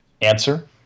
answer